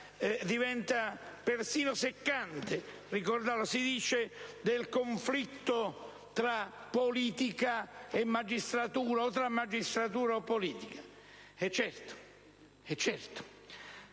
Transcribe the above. diventa perfino seccante ricordarlo - di conflitto tra politica e magistratura o tra magistratura e politica, è perché